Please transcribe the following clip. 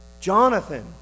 Jonathan